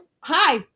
hi